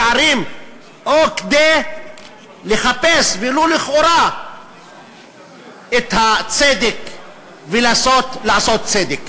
ערים או כדי לחפש ולו לכאורה את הצדק ולנסות לעשות צדק?